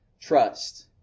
trust